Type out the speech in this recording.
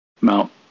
Mount